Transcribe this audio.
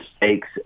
mistakes